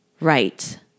right